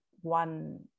one